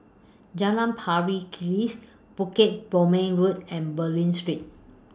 Jalan Pari Kikis Bukit Purmei Road and Bulim Street